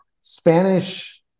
Spanish